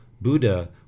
Buddha